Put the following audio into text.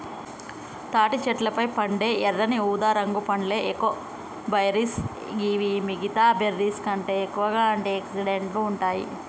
తాటి చెట్లపై పండే ఎర్రని ఊదారంగు పండ్లే ఏకైబెర్రీస్ గివి మిగితా బెర్రీస్కంటే ఎక్కువగా ఆంటి ఆక్సిడెంట్లు ఉంటాయి